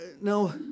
now